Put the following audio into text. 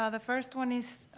ah the first one is,